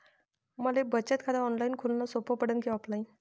मले बचत खात ऑनलाईन खोलन सोपं पडन की ऑफलाईन?